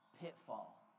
pitfall